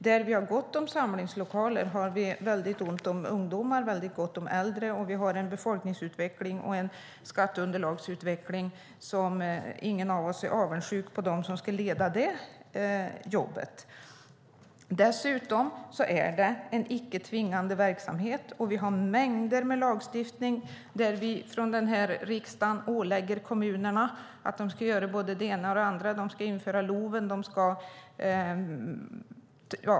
Där vi har gott om samlingslokaler har vi ont om ungdomar och gott om äldre, och befolkningsutvecklingen och skatteunderlagsutvecklingen är sådana att ingen av oss är avundsjuk på dem som ska leda det jobbet. Dessutom är det en icke tvingande verksamhet, och vi har mängder med lagstiftning där vi från riksdagen ålägger kommunerna att göra både det ena och det andra, bland annat införa LOV.